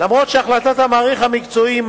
אף-על-פי שהחלטת המעריך המקצועי היא